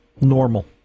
normal